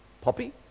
Poppy